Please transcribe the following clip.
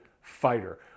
fighter